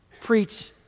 preach